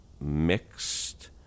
mixed